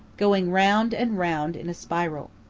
going round and round in a spiral.